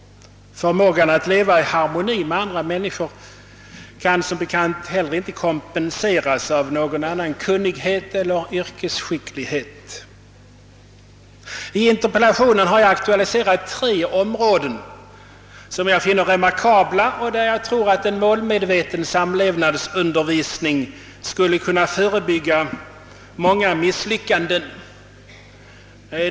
Förmågan att leva i harmoni med andra människor kan, som bekant, inte heller kompenseras av någon annan kunnighet eller yrkesskicklighet. I interpellationen har jag aktualiserat tre områden som jag finner remarkabla, och jag tror att en målmedveten samlevnadsundervisning på dessa områden skulle kunna förebygga misslyckanden.